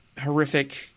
horrific